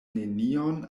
nenion